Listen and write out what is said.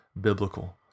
biblical